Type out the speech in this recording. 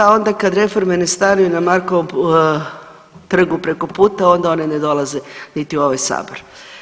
Onda kad reforme ne stanuju na Markovom trgu preko puta, onda one ne dolaze niti u ovaj sabor.